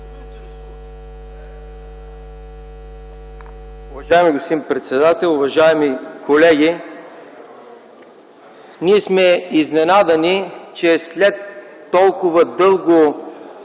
Уважаеми господин председател, уважаеми колеги! Ние сме изненадани, че след толкова дълго